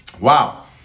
wow